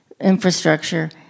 infrastructure